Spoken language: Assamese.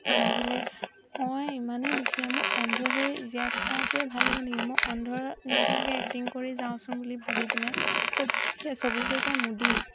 ভাবিলে মই ইমানেই দুখীয়া মোৰ অন্ধ হৈ জীয়াই থকাটোৱে ভাল হ'ব নেকি মই অন্ধৰ নিচিনাকৈ এক্টিং কৰি যাওঁচোন বুলি ভাবি পিনে চকু চকুকেইটা মুদি